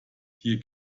hier